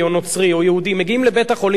או יהודי מגיעים לבית-החולים בנהרייה,